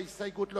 ההסתייגות לא